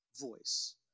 voice